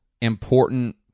important